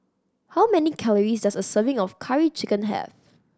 how many calories does a serving of Curry Chicken have